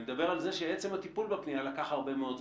אני מדבר על זה שעצם הטיפול בפנייה לקח הרבה מאוד זמן.